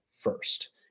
first